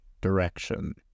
direction